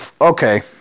okay